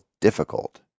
difficult